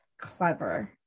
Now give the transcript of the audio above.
clever